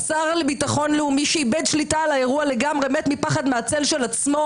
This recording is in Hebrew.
השר לביטחון לאומי שאיבד שליטה על האירוע לגמרי מת מפחד מהצל של עצמו